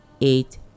eight